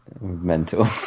mental